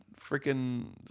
freaking